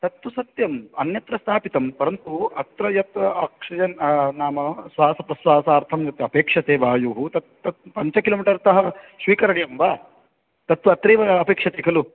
तत्तु सत्यम् अन्यत्र स्थापितं परन्तु अत्र यत् ओक्सिजन् नाम श्वासप्रस्वासार्थं यत् अपेक्ष्यते वायुः तत् तत् पञ्चकिलोमिटर् तः स्वीकरणीयं वा तत्तु अत्रैव अपेक्ष्यते खलु